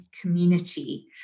community